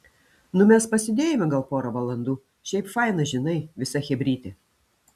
nu mes pasėdėjome gal pora valandų šiaip faina žinai visa chebrytė